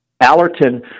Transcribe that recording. Allerton